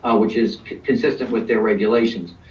ah which is consistent with their regulations.